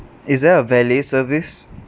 is there a valet service